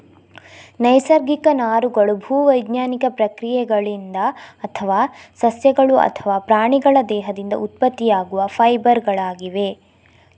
ನೈಸರ್ಗಿಕ ನಾರುಗಳು ಭೂ ವೈಜ್ಞಾನಿಕ ಪ್ರಕ್ರಿಯೆಗಳಿಂದ ಅಥವಾ ಸಸ್ಯಗಳು ಅಥವಾ ಪ್ರಾಣಿಗಳ ದೇಹದಿಂದ ಉತ್ಪತ್ತಿಯಾಗುವ ಫೈಬರ್ ಗಳಾಗಿವೆ